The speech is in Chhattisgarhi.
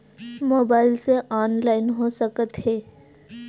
मोबाइल से ऑनलाइन हो सकत हे?